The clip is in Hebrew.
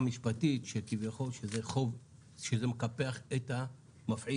הכרעה משפטית, כביכול שזה חוב שמקפח את המפעיל,